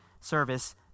service